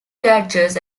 catches